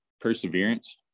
perseverance